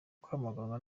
kwamaganwa